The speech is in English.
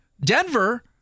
Denver